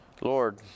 Lord